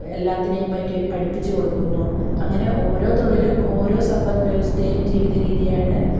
എല്ലാറ്റിനെയും പറ്റി പഠിപ്പിച്ച് കൊടുക്കുന്നു അങ്ങനെ ഓരോ തൊഴിലും ഓരോ സമ്പത്ത് വ്യവസ്ഥയും ജീവിത രീതിയാണ്